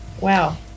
Wow